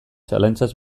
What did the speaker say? zalantzaz